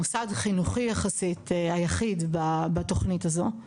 מוסד חינוכי יחסית היחיד בתוכנית הזו,